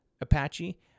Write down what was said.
Apache